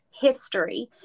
history